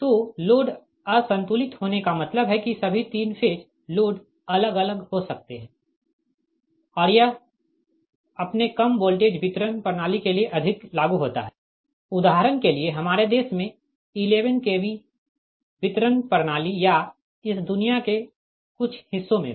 तो लोड असंतुलित होने का मतलब है कि सभी तीन फेज लोड अलग अलग हो सकते है और यह अपने कम वोल्टेज वितरण प्रणाली के लिए अधिक लागू होता है उदाहरण के लिए हमारे देश में 11 KV वितरण प्रणाली या इस दुनिया के कुछ हिस्सों में भी